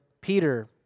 Peter